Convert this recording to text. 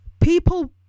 People